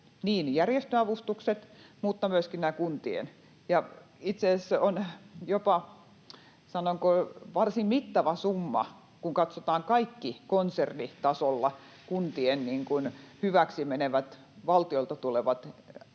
järjestöjen avustukset kuin myöskin kuntien. Itse asiassa se on jopa, sanonko, varsin mittava summa, kun katsotaan kaikki konsernitasolla kuntien hyväksi menevät, valtiolta tulevat